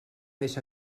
més